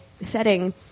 setting